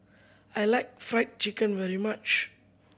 I like Fried Chicken very much